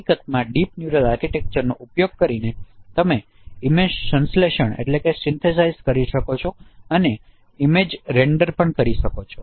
હકીકતમાં deep neural આર્કિટેક્ચરનો ઉપયોગ કરીને તમે ઇમેજ સંશ્લેષણ કરી શકો છો અને ઇમેજ રેન્ડર પણ કરી શકો છો